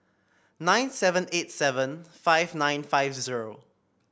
nine seven eight seven five nine five zero